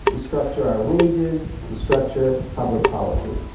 restructure our wages, restructure public policy